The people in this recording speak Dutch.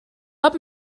dat